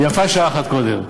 ויפה שעה אחת קודם.